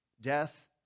Death